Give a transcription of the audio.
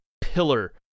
pillar